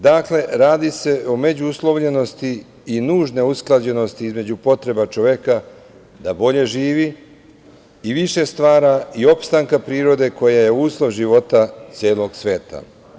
Dakle, radi se o međuuslovljenosti i nužne usklađenosti između potreba čoveka da bolje živi i više stvara i opstanka prirode koja je uslov života celog sveta.